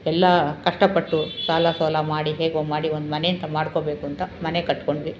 ಎಲ್ಲ ಕಷ್ಟಪಟ್ಟು ಸಾಲ ಸೋಲ ಮಾಡಿ ಹೇಗೋ ಮಾಡಿ ಒಂದು ಮನೆ ಅಂತ ಮಾಡ್ಕೊಬೇಕು ಅಂತ ಮನೆ ಕಟ್ಟಿಕೊಂಡ್ವಿ